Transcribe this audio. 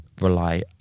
rely